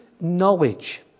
knowledge